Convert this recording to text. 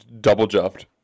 double-jumped